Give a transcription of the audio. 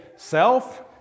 Self